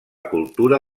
cultura